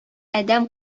адәм